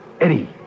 Eddie